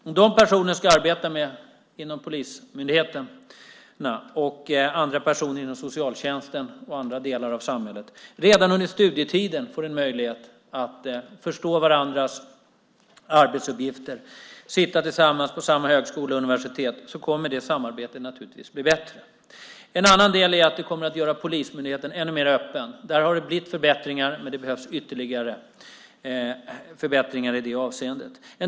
Om de personer som ska samarbeta i polismyndigheterna och socialtjänsten och i andra delar av samhället redan under studietiden får en möjlighet att förstå varandras arbetsuppgifter och sitta tillsammans på samma högskola och universitet kommer samarbetet naturligtvis att bli bättre. En annan del är att det kommer att göra polismyndigheten ännu mer öppen. Där har det blivit förbättringar, men det behövs ytterligare förbättringar i det avseendet.